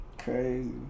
crazy